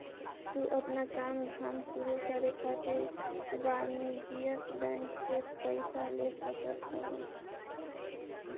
तू आपन काम धाम शुरू करे खातिर वाणिज्यिक बैंक से पईसा ले सकत हवअ